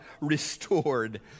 restored